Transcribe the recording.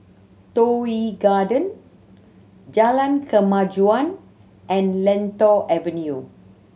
Toh Yi Garden Jalan Kemajuan and Lentor Avenue